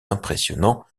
impressionnants